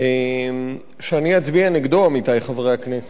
שאני אצביע נגדו, עמיתי חברי הכנסת.